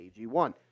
AG1